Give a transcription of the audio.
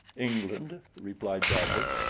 england, replied bradley.